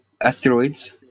asteroids